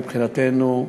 מבחינתנו,